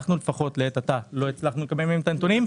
אנחנו, לעת עתה, לא הצלחנו לקבל מהם את הנתונים,